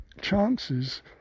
chances